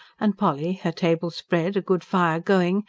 and polly, her table spread, a good fire going,